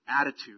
attitude